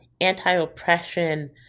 anti-oppression